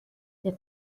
der